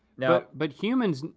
now, but humans.